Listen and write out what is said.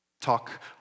Talk